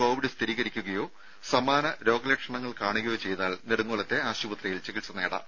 Covid സ്ഥിരീകരിക്കുകയോ സമാന രോഗലക്ഷണങ്ങൾ കാണുകയോ ചെയ്താൽ നെടുങ്ങോലത്തെ ആശുപത്രിയിൽ ചികിത്സ തേടാം